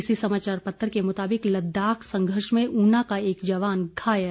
इसी समाचार पत्र के मुताबिक लद्दाख संघर्ष में ऊना का एक जवान घायल